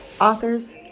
authors